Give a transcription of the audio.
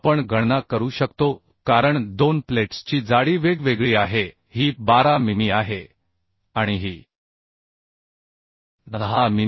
आपण गणना करू शकतो कारण दोन प्लेट्सची जाडी वेगवेगळी आहे ही 12 मिमी आहे आणि ही 10 मिमी